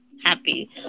happy